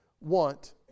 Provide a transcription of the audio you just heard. want